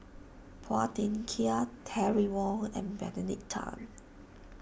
Phua Thin Kiay Terry Wong and Benedict Tan